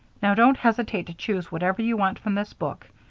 now don't hesitate to choose whatever you want from this book.